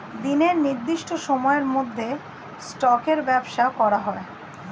দিনের নির্দিষ্ট সময়ের মধ্যে স্টকের ব্যবসা করা হয়